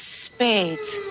spades